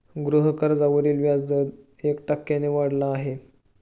गृहकर्जावरील व्याजदर एक टक्क्याने वाढला आहे